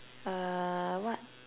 uh what